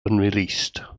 unreleased